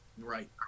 right